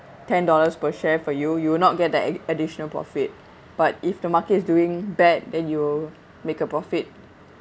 ten dollars per share for you you'll not get the add additional profit but if the market is doing bad then you make a profit